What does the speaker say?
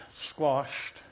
squashed